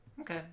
Okay